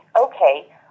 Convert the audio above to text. Okay